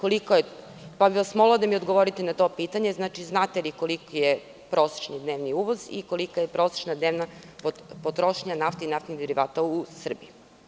Molila bih vas da mi odgovorite na to pitanje – znate li koliki je prosečni dnevni uvoz i kolika je prosečna dnevna potrošnja nafte i naftnih derivata u Srbiji?